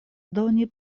doni